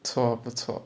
不错不错